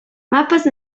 mapes